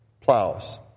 plows